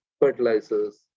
fertilizers